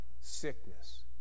sickness